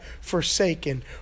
forsaken